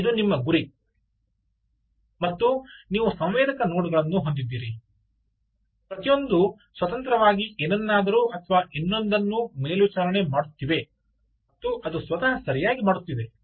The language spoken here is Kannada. ಇದು ನಿಮ್ಮ ಗುರಿ ಮತ್ತು ನೀವು ಸಂವೇದಕ ನೋಡ್ಗಳನ್ನು ಹೊಂದಿದ್ದೀರಿ ಪ್ರತಿಯೊಂದೂ ಸ್ವತಂತ್ರವಾಗಿ ಏನನ್ನಾದರೂ ಅಥವಾ ಇನ್ನೊಂದನ್ನು ಮೇಲ್ವಿಚಾರಣೆ ಮಾಡುತ್ತಿದೆ ಮತ್ತು ಅದು ಸ್ವತಃ ಸರಿಯಾಗಿ ಮಾಡುತ್ತಿದೆ